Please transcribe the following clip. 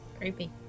Creepy